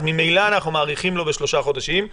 ממילא אנחנו מאריכים לו בשלושה חודשים.